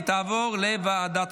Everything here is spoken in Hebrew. אושרה בקריאה ראשונה ותעבור לדיון בוועדת